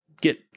get